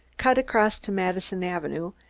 cut across to madison avenue,